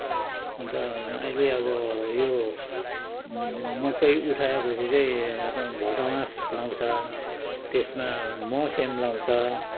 अन्त अहिले अब हरियो मकै उठाएपछि चाहिँ यता भटमास लगाउँछ त्यसमा मस्याङ लगाउँछ